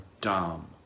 dumb